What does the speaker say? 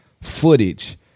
footage